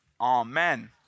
amen